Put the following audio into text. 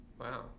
Wow